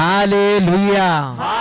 Hallelujah